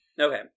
okay